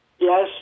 Yes